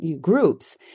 groups